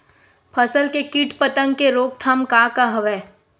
फसल के कीट पतंग के रोकथाम का का हवय?